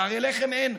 שהרי לחם אין.